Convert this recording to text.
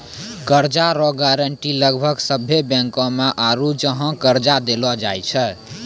कर्जा रो गारंटी लगभग सभ्भे बैंको मे आरू जहाँ कर्जा देलो जाय छै